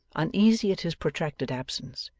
uneasy at his protracted absence,